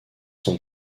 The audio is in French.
sont